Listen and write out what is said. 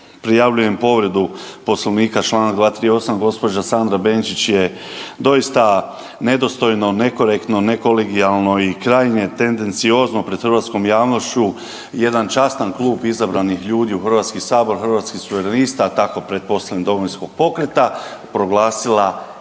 Prijavljujem povredu Poslovnika, čl. 238., gđa. Sandra Benčić je doista nedostojno, nekorektno, nekolegijalno i krajnje tendenciozno pred hrvatskom javnošću jedan častan klub izabranih ljudi u HS, Hrvatskih suverenista, a tako pretpostavljam i Domovinskog pokreta, proglasila